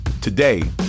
Today